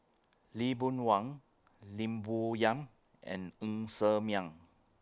Lee Boon Wang Lim Bo Yam and Ng Ser Miang